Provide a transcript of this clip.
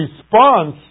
response